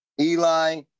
Eli